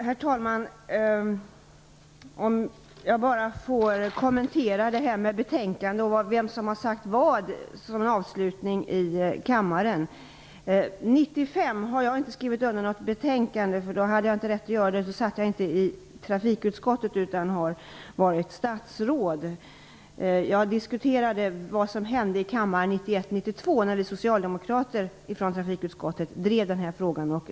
Herr talman! Jag vill som avslutning här i kammaren bara kommentera det Sten Andersson sade om betänkandet och vem som sagt vad. Under 1995 har jag inte skrivit under något betänkande. Jag har inte haft rätt att göra det, eftersom jag inte suttit i trafikutskottet i år utan varit statsråd. Jag diskuterade vad som hände i kammaren 1991-1992, när vi socialdemokrater från trafikutskottet drev den här frågan.